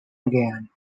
again